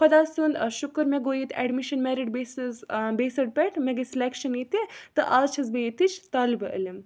خۄدا سُنٛد شُکُر مےٚ گوٚو ییٚتہِ اٮ۪ڈمِشَن مٮ۪رِٹ بیسٕز بیسڈٕ پٮ۪ٹھ مےٚ گٔے سِلٮ۪کشَن ییٚتہِ تہٕ آز چھَس بہٕ ییٚتِچ طالبہٕ علم